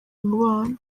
umubano